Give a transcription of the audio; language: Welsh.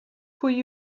pwy